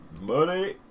money